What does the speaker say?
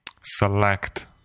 select